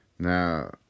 Now